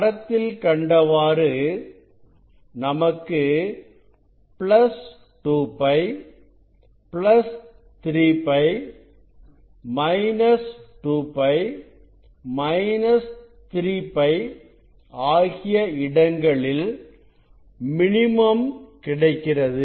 படத்தில் கண்டவாறு நமக்கு 2π 3π 2π 3π ஆகிய இடங்களில் மினிமம் கிடைக்கிறது